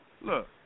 Look